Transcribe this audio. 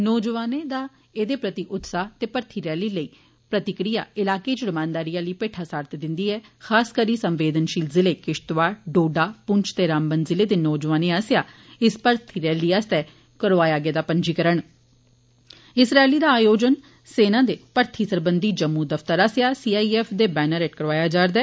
नौजवानें दा एदे प्रति उत्साह ते भर्थी रैली लेई प्रतिक्रिया इलाके इच रमानदारी आली पेठा सारत दिंदी ऐ खास करी संवेदनशील ज़िले किश्तवाड़ डोडा पुंछ ते रामबन जिलें दे नौजवानें आस्सेआ इस मर्थी रैली आस्तै करोआया गेदा पंजकरण इस रैली दा आयोजन सेना दा भर्थी सरबंधी जम्मू दफ्तर आस्सेआ सी आई एफ दे बैनर हेठ करोआया जा'रदा ऐ